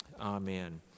Amen